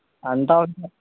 అంత అవుద్ది